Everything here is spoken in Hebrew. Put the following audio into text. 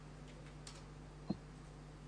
בבקשה.